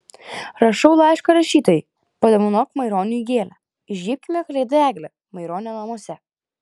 rašau laišką rašytojui padovanok maironiui gėlę įžiebkime kalėdų eglę maironio namuose